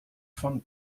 von